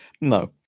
No